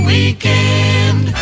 Weekend